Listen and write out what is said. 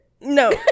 No